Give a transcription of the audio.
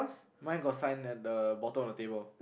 my got sign at the bottom of table